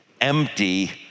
empty